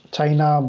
China